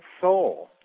soul